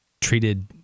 treated